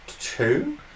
two